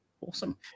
Awesome